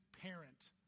parent